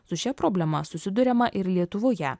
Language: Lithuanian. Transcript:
su šia problema susiduriama ir lietuvoje